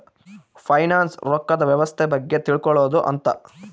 finance ರೊಕ್ಕದ್ ವ್ಯವಸ್ತೆ ಬಗ್ಗೆ ತಿಳ್ಕೊಳೋದು ಅಂತ